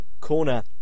corner